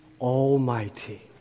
Almighty